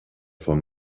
von